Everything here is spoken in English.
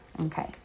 Okay